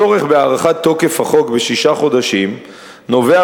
הצורך בהארכת תוקף החוק בשישה חודשים נובע